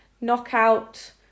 knockout